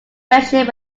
friendship